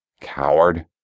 Coward